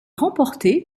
remportée